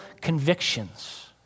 convictions